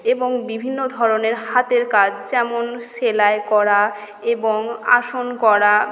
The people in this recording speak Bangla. এবং বিভিন্ন ধরণের হাতের কাজ যেমন সেলাই করা এবং আসন করা